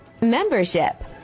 membership